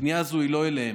הפנייה הזאת היא לא אליהם.